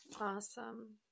Awesome